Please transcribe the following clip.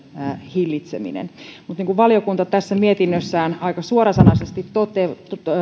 hillitseminen mutta niin kuin valiokunta mietinnössään aika suorasanaisesti toteaa